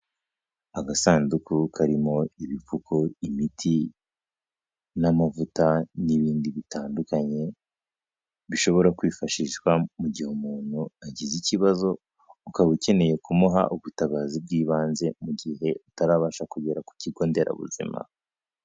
Agasanduku karimo ibipfuko, imiti n'amavuta n'ibindi bitandukanye bishobora kwifashishwa mu gihe umuntu agize ikibazo, ukaba ukeneye kumuha ubutabazi bw'ibanze mu gihe utarabasha kugera ku kigo nderabuzima.